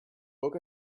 book